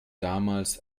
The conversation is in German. damals